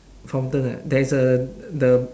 fountain that there is a the